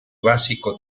básico